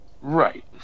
right